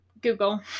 Google